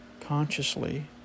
consciously